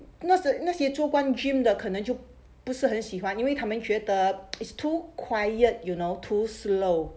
那时那些做惯 gym 的可能就不是很喜欢因为他们觉得 is too quiet you know too slow